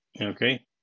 Okay